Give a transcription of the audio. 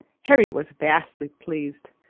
harry was vastly pleased.